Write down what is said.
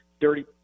dirty